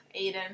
Aiden